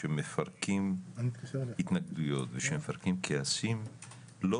כשמפרקים התנגדויות וכשמפרקים כעסים לא